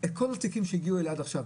את כל התיקים שהגיעו אליה עד עכשיו.